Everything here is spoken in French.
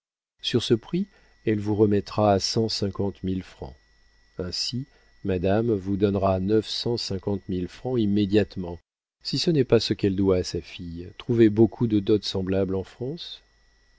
sur ce prix elle vous remettra cent cinquante mille francs ainsi madame vous donnera neuf cent cinquante mille francs immédiatement si ce n'est pas ce qu'elle doit à sa fille trouvez beaucoup de dots semblables en france